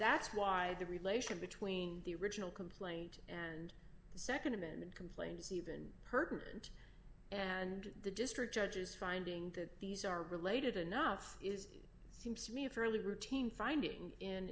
that's why the relation between the original complaint and the nd amendment complaint is even pertinent and the district judges finding that these are related enough is seems to me a fairly routine finding in